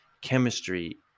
chemistry